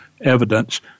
evidence